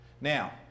Now